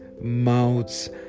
mouths